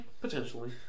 Potentially